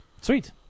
Sweet